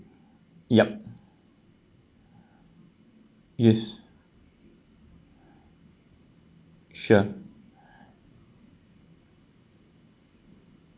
yup yes sure